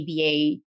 ABA